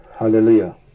Hallelujah